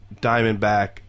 Diamondback